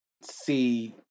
see